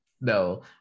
No